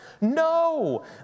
No